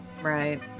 right